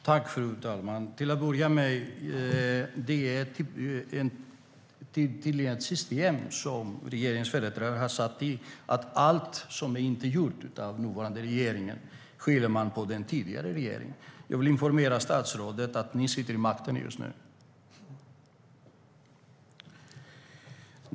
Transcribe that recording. Fru talman! Till att börja med har regeringens företrädare satt i system att skylla allt som inte gjorts av den nuvarande regeringen på den tidigare regeringen. Jag vill informera statsrådet om att ni sitter vid makten nu.